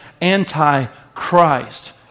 anti-Christ